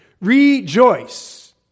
Rejoice